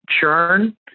churn